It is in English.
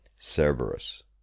Cerberus